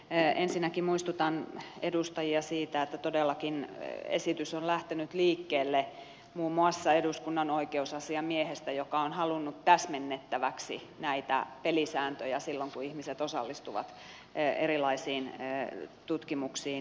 ensinnäkin muistutan edustajia siitä että todellakin esitys on lähtenyt liikkeelle muun muassa eduskunnan oikeusasiamiehestä joka on halunnut täsmennettäväksi näitä pelisääntöjä silloin kun ihmiset osallistuvat erilaisiin tutkimuksiin